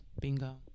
Bingo